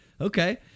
Okay